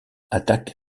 attaque